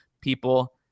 people